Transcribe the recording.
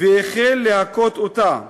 והחל להכות אותה.